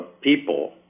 people